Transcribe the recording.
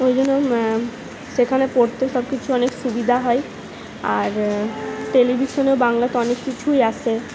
ওই জন্য সেখানে পড়তে সবকিছু অনেক সুবিধা হয় আর টেলিভিশনেও বাংলাতে অনেক কিছুই আসে